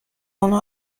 اونو